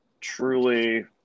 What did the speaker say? truly